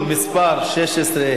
על 5.24%,